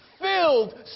filled